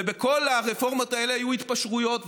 ובכל הרפורמות האלה היו התפשרויות,